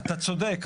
אתה צודק,